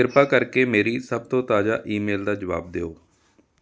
ਕਿਰਪਾ ਕਰਕੇ ਮੇਰੀ ਸਭ ਤੋਂ ਤਾਜ਼ਾ ਈਮੇਲ ਦਾ ਜਵਾਬ ਦਿਓ